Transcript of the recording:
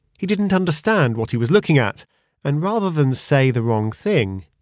he didn't understand what he was looking at and rather than say the wrong thing,